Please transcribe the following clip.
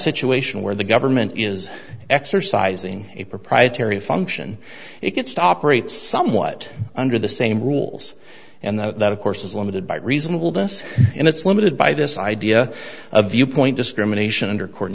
situation where the government is exercising a proprietary function it gets to operate somewhat under the same rules and that of course is limited by reasonable this and it's limited by this idea of viewpoint discrimination under cor